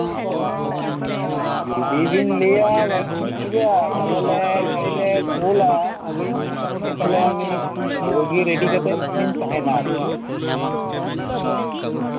ᱡᱚᱫᱤᱵᱮᱱ ᱞᱟᱹᱭᱟ ᱜᱟᱹᱰᱤ ᱵᱮᱱ ᱠᱷᱚᱡᱚᱜᱼᱟ ᱛᱟᱦᱞᱮᱞᱮ ᱜᱟᱹᱰᱤᱞᱮ ᱠᱳᱞᱟ ᱤᱧ ᱢᱳᱴᱟᱢᱩᱴᱤ ᱛᱟᱦᱞᱮ ᱨᱳᱜᱤ ᱨᱮᱰᱤ ᱠᱟᱛᱮᱫ ᱵᱮᱱ ᱛᱟᱦᱮᱱᱟ ᱟᱨᱠᱤ